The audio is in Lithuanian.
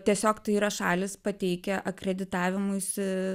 tiesiog tai yra šalys pateikę akreditavimuisi